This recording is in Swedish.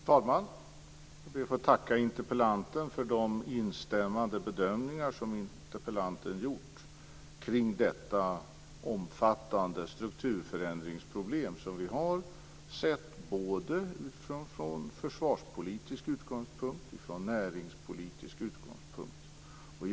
Fru talman! Jag ber att få tacka interpellanten för de instämmande bedömningar som interpellanten gjort kring det omfattande strukturförändringsproblem som vi har, sett både från försvarspolitisk utgångspunkt och från näringspolitisk utgångspunkt.